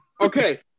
Okay